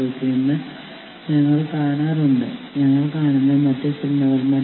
സംഘടനയുടെ തൊഴിലാളി യൂണിയനിൽ അവർ അംഗമാകാം